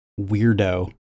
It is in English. weirdo